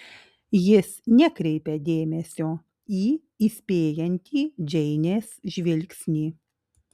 jis nekreipia dėmesio į įspėjantį džeinės žvilgsnį